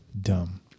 dumb